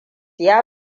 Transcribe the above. ya